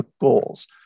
goals